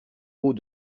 hauts